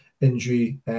injury